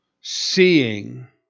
seeing